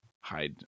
hide